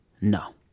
No